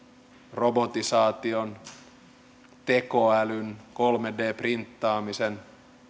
robotisaation tekoälyn kolme d printtaamisen